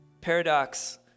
Paradox